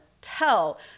tell